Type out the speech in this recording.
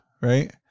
right